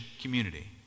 community